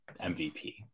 MVP